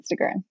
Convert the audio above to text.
Instagram